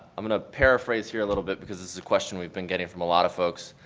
i'm going to paraphrase here a little bit because this is a question we've been getting from a lot of folks.